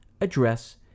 address